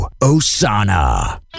Osana